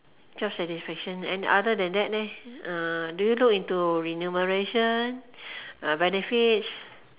job satisfaction and other then that leh uh do you look into remuneration uh benefits